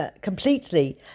completely